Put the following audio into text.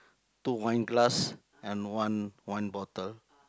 two wine glass and one one bottle